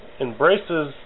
embraces